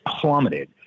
plummeted